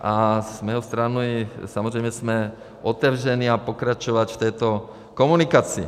A z mé strany samozřejmě jsme otevřeni pokračovat v této komunikaci.